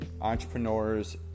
entrepreneurs